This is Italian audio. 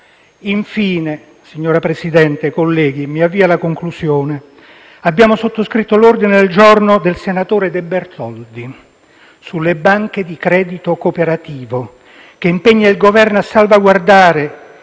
Infine, signor Presidente, colleghi, mi avvio alla conclusione annunciando che abbiamo sottoscritto l'ordine del giorno del senatore De Bertoldi sulle banche di credito cooperativo, che impegna il Governo a salvaguardare